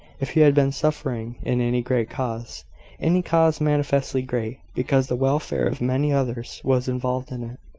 if you had been suffering in any great cause any cause manifestly great, because the welfare of many others was involved in it.